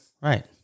right